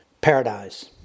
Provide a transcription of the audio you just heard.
paradise